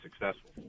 successful